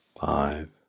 five